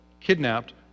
kidnapped